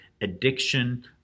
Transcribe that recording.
addiction